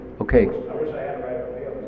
Okay